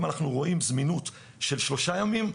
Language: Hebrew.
אם אנחנו רואים זמינות של שלושה ימים,